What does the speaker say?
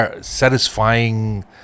satisfying